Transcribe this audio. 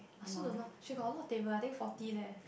I also don't know she got a lot of table I think forty leh